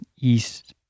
East